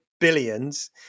billions